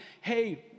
hey